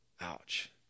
Ouch